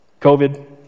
COVID